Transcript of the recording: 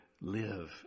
live